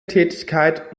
tätigkeit